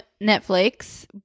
Netflix